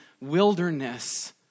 wilderness